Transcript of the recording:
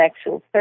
actual